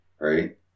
Right